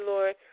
Lord